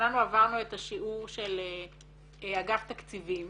כולנו עברנו את השיעור של אגף תקציבים